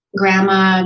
grandma